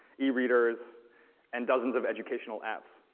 ereaders and dozens of educational apps.